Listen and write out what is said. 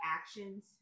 actions